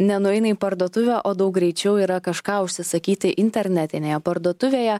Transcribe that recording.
nenueina į parduotuvę o daug greičiau yra kažką užsisakyti internetinėje parduotuvėje